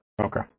Okay